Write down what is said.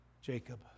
Jacob